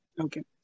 Okay